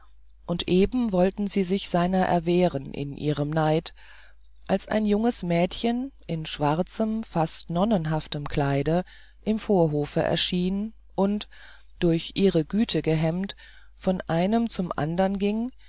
und eben wollten sie sich seiner erwehren in ihrem neid als ein junges mädchen in schwarzem fast nonnenhaftem kleide im vorhofe erschien und durch ihre güte gehemmt von einem zum anderen ging